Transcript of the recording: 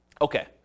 okay